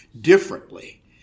differently